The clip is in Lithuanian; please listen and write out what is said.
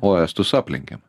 o estus aplenkėm